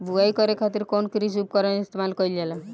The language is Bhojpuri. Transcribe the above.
बुआई करे खातिर कउन कृषी उपकरण इस्तेमाल कईल जाला?